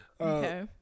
Okay